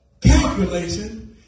calculation